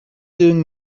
doing